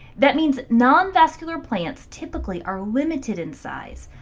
that means, nonvascular plants typically are limited in size.